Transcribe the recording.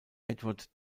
edward